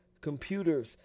computers